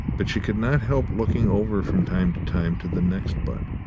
but she could not help looking over from time to time to the next butt,